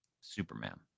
Superman